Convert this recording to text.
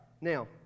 Now